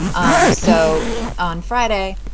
um so on friday,